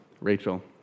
Rachel